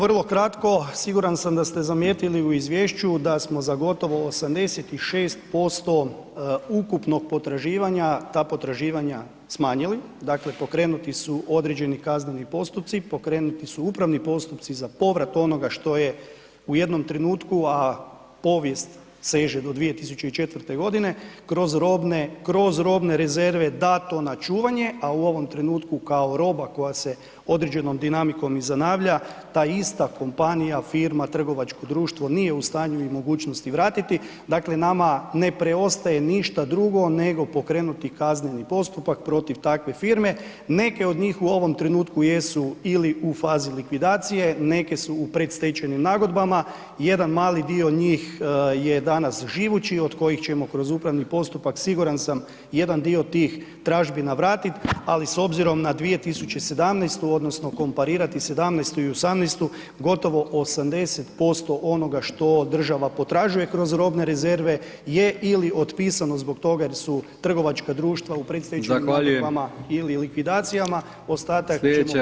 Evo vrlo kratko, siguran sam da ste zamijetili u izvješću da smo za gotovo 86% ukupnog potraživanja ta potraživanja smanjili, dakle pokrenuti su određeni kazneni postupci, pokrenuti su upravni postupci za povrat onoga što je u jednom trenutku a povijest seže do 2004. g., kroz robne rezerve dato na čuvanje a u ovom trenutku kao roba koja se određenom dinamikom ... ta ista kompanija, firma, trgovačko društvo nije u stanju i mogućnosti vratiti, dakle nama ne preostaje ništa drugo nego pokrenuti kazneni postupak protiv takve firme, neke od njih u ovom trenutku jesu ili u fazi likvidacije, neke su u predstečajnim nagodbama, jedan mali dio njih je danas živući od kojih ćemo kroz upravni postupak siguran sam jedan dio tih tražbina vratiti ali s obzirom na 2017. odnosno komparirati 2017. i 2018., gotovo 80% onoga što država potražuje kroz robne rezerve je ili otpisano zbog toga jer su trgovačka društva u predstečajnim nagodbama ili likvidacijama, ostatak ćemo pokušat vratiti.